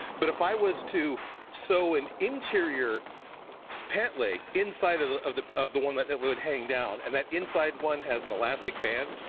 but if i was to sew an interior pant leg inside of the of the of the one that that would hang down and that inside one has an elastic band.